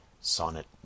Sonnet